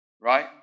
Right